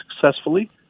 successfully